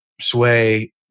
Sway